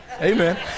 Amen